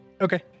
Okay